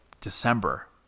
December